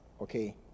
okay